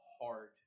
hard